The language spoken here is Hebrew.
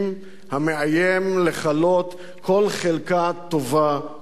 המאיים לכלות כל חלקה טובה בישראל.